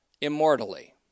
immortally